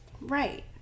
Right